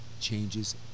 changes